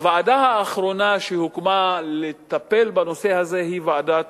הוועדה האחרונה שהוקמה לטפל בנושא הזה היא ועדת